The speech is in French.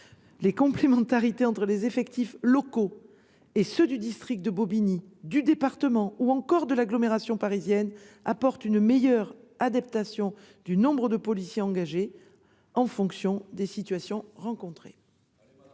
Les complémentarités entre les effectifs locaux et ceux du district de Bobigny, du département ou encore de l'agglomération parisienne apportent une meilleure adaptation du nombre de policiers engagés en fonction des situations rencontrées.